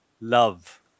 love